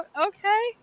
Okay